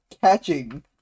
catching